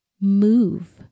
move